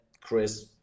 Chris